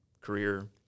career